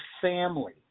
family